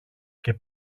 και